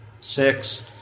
six